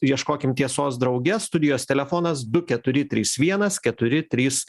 ieškokim tiesos drauge studijos telefonas du keturi trys vienas keturi trys